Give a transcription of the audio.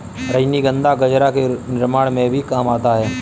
रजनीगंधा गजरा के निर्माण में भी काम आता है